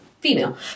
female